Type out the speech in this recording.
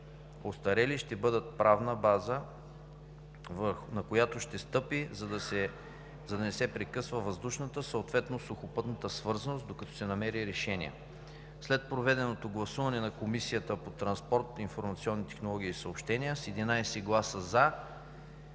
остарели, ще бъдат правната база, на която ще се стъпи, за да не се прекъсва въздушната, съответно сухопътната свързаност, докато се намери решение. След проведеното гласуване Комисията по транспорт, информационни технологии и съобщения с 11 гласа